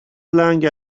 long